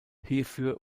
hierfür